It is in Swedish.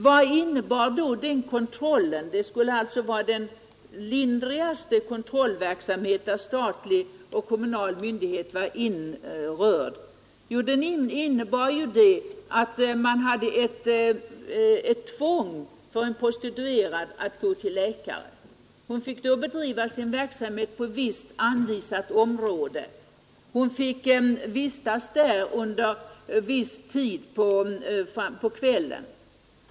Vad innebar då kontrollen — en kontroll som skulle vara den lindrigaste kontroll i vilken statlig och kommunal myndighet är indragen? Jo, den innebar att det fanns ett tvång för en prostituerad att gå till läkare. Hon fick bedriva sin verksamhet på visst område, och hon fick vistas där under viss tid på kvällen.